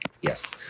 yes